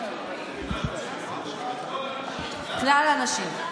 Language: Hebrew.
כלל הנשים.